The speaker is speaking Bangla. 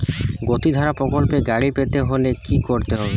গতিধারা প্রকল্পে গাড়ি পেতে হলে কি করতে হবে?